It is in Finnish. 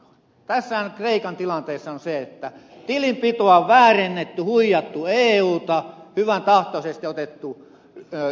tässä kreikan tilanteessahan on niin että tilinpitoa on väärennetty huijattu euta hyväntahtoisesti otettu yhteisvaluuttaan